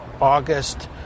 August